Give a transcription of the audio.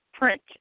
Print